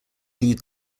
leave